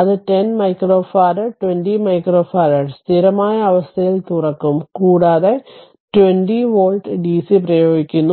അത് 10 micro farad 20 micro farad സ്ഥിരമായ അവസ്ഥയിൽ തുറക്കും കൂടാതെ 20 വോൾട്ട് ഡിസി പ്രയോഗിക്കുന്നു